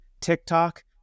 TikTok